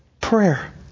prayer